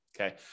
okay